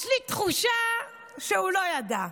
יש לי תחושה שהוא לא ידע.